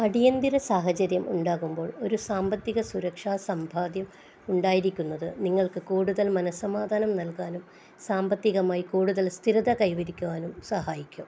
അടിയന്തിര സാഹചര്യം ഉണ്ടാകുമ്പോൾ ഒരു സാമ്പത്തിക സുരക്ഷാ സമ്പാദ്യം ഉണ്ടായിരിക്കുന്നത് നിങ്ങൾക്ക് കൂടുതൽ മനസ്സമാധാനം നൽകാനും സാമ്പത്തികമായി കൂടുതൽ സ്ഥിരത കൈവരിക്കുവാനും സഹായിക്കും